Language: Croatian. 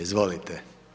Izvolite.